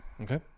Okay